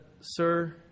Sir